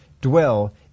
Dwell